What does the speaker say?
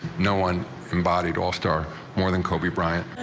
no one from bodied all-star more than kobe bryant.